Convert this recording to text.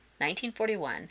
1941